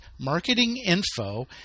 marketinginfo